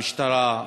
המשטרה,